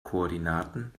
koordinaten